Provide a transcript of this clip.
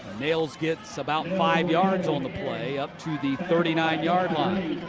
nails gets about five yards on the play up to the thirty nine yard line.